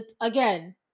again